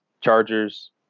Chargers